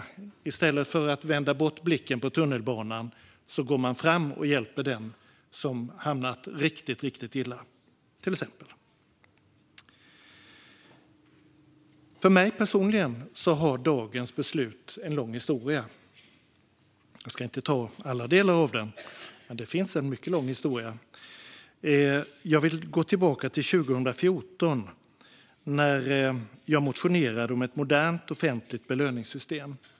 Till exempel: I stället för att vända bort blicken på tunnelbanan går man fram och hjälper den som råkat riktigt illa ut. För mig personligen har dagens beslut en lång historia. Jag ska inte ta alla delar av den, för det är en mycket lång historia. Jag vill gå tillbaka till 2014 när jag motionerade om ett modernt offentligt belöningssystem.